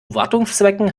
wartungszwecken